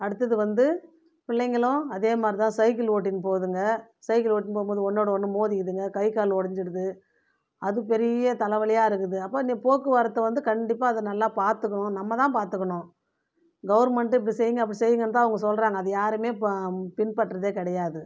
அடுத்தது வந்து பிள்ளைங்களும் அதேமாதிரி தான் சைக்குலு ஓட்டின்னு போதுங்க சைக்கிளு ஓட்டின்னு போகும் போது ஒன்றோடு ஒன்று மோதிக்கிதுங்க கை கால் உடஞ்சிடுது அது பெரிய தலைவலியாருக்குது அப்போ அந்த போக்குவரத்தை வந்து கண்டிப்பாக அதை நல்லா பார்த்துக்கணும் நம்ம தான் பார்த்துக்கணும் கவுர்மண்ட்டு இப்படி செய்யுங்க அப்படி செய்யுங்கன்னு தான் அவங்க சொல்கிறாங்க அதை யாருமே ப பின்பற்றதே கிடையாது